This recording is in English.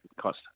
cost